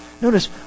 notice